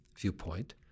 Viewpoint